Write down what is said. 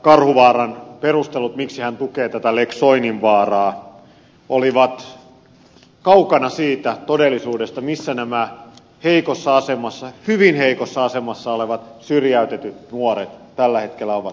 karhuvaaran perustelut miksi hän tukee tätä lex soininvaaraa olivat kaukana siitä todellisuudesta missä nämä heikossa asemassa hyvin heikossa asemassa olevat syrjäytetyt nuoret tällä hetkellä ovat